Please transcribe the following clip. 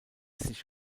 sich